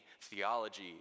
theology